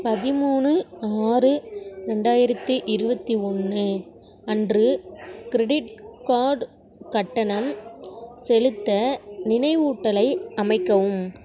பதிமூணு ஆறு ரெண்டாயிரத்து இருபத்தி ஒன்று அன்று க்ரெடிட் கார்ட் கட்டணம் செலுத்த நினைவூட்டலை அமைக்கவும்